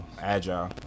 agile